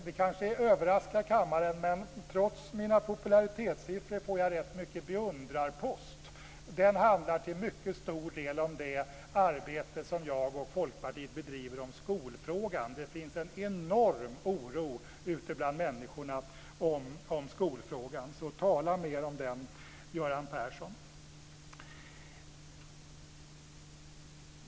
Det kanske överraskar kammaren, men jag får trots mina popularitetssiffror rätt mycket beundrarpost, och den handlar till mycket stor del om det arbete som jag och Folkpartiet bedriver om skolfrågan. Det finns en enorm oro ute bland människorna över skolfrågan. Tala alltså mer om den, Göran Persson!